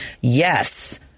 Yes